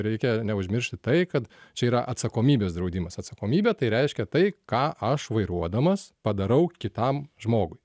reikia neužmiršti tai kad čia yra atsakomybės draudimas atsakomybė tai reiškia tai ką aš vairuodamas padarau kitam žmogui